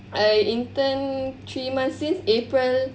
I intern three months since April